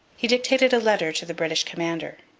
he dictated a letter to the british commander.